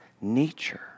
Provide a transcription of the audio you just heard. nature